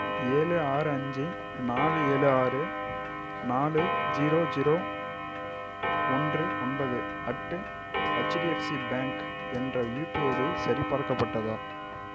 ஏழு ஆறு அஞ்சு நாலு ஏழு ஆறு நாலு ஜீரோ ஜீரோ ஒன்று ஒன்பது அட்டு ஹெச்டிஎஃப்சி பேங்க் என்ற யுபிஐ ஐடியை சரிபார்க்கப்பட்டதா